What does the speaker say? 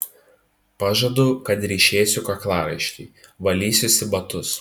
pažadu kad ryšėsiu kaklaraištį valysiuosi batus